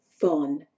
fun